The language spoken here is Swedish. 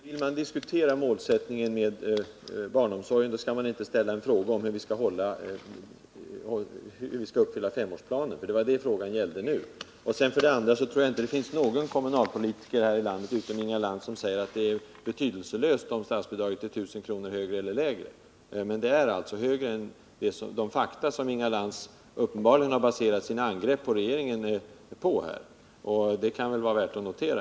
Herr talman! Vill man diskutera målsättningen för barnomsorgen skall man inte ställa en fråga om hur vi skall uppfylla femårsplanen — det är detta frågan gäller i dag. Jag tror dessutom inte att det finns någon kommunalpolitiker här i landet utom Inga Lantz som säger att det är betydelselöst om statsbidraget är tusen kronor högre eller lägre. Det är alltså högre än de siffror som Inga Lantz uppenbarligen har grundat sina angrepp mot regeringen på. Det kan vara värt att notera.